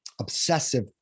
obsessive